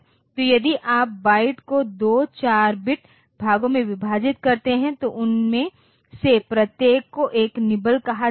तो यदि आप बाइट को दो 4 बिट भागों में विभाजित करते हैं तो उनमें से प्रत्येक को एक निबल कहा जाएगा